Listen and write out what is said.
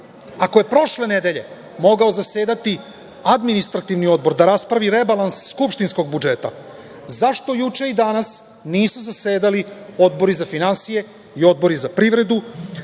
Ako je prošle nedelje mogao zasedati Administrativni odbor da raspravi rebalans skupštinskog budžeta, zašto juče i danas nisu zasedali Odbor za finansije i Odbor za privredu,